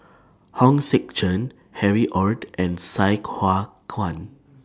Hong Sek Chern Harry ORD and Sai Hua Kuan